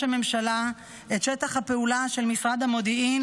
הממשלה את שטח הפעולה של משרד המודיעין,